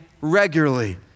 regularly